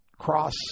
cross